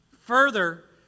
Further